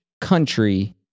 country